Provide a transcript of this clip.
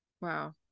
Wow